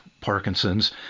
Parkinson's